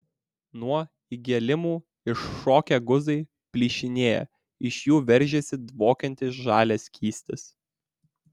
nuo įgėlimų iššokę guzai plyšinėja iš jų veržiasi dvokiantis žalias skystis